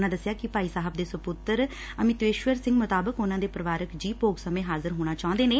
ਉਨ੍ਹਾਂ ਦਸਿਆ ਕਿ ਭਾਈ ਸਾਹਿਬ ਦੇ ਸਪੁੱਤਰ ਅਮਿਤੇਸ਼ਵਰ ਸਿੰਘ ਮੁਤਾਬਿਕ ਉਨੂਾਂ ਦੇ ਪਰਿਵਾਰਕ ਜੀਅ ਭੋਗ ਸਮੇਂ ਹਾਜ਼ਰ ਹੋਣਾ ਚਾਹੁੰਦੇ ਨੇ